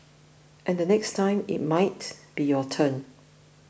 and the next time it might be your turn